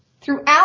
Throughout